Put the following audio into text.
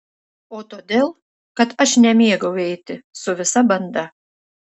o todėl kad aš nemėgau eiti su visa banda